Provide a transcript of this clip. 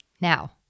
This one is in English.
Now